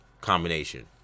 combination